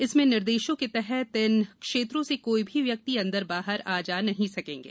इसमें निर्देशों के तहत इन क्षेत्रों से कोई भी व्यक्ति अंदर बाहर आ जा नहीं सकेंगे